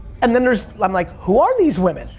and then there's, i'm like, who are these women?